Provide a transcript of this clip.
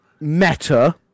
Meta